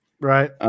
Right